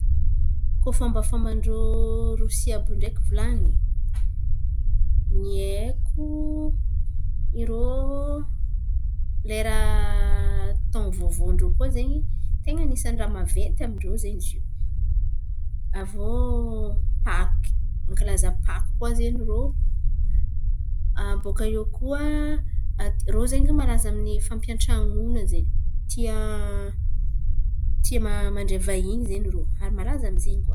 Koa fômbafômban-drô Rosia àby iô ndraiky, volan̈iny, ny haiko lera taon̈o vaovaon-drô koa zen̈y ten̈a anisan̈y raha maventy amin-drô zen̈y ze. Avô paky, mankalaza paka koa zen̈y irô. Abaka eo koa irô ze malaza amy fampiantranoana zen̈y. Tia tia mandray vahiny zen̈y irô. Ary malaza amy zen̈y koa irô.